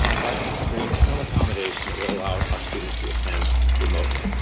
but to to create some accommodation that will allow our students to attend remotely.